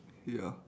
ya